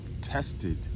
tested